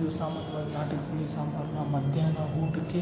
ಇದು ಸಾಮಾನ್ಯವಾಗಿ ನಾಟಿ ಕೋಳಿ ಸಾಂಬಾರನ್ನ ಮಧ್ಯಾಹ್ನ ಊಟಕ್ಕೆ